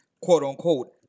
quote-unquote